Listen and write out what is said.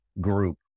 group